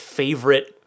favorite